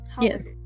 Yes